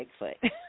Bigfoot